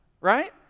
right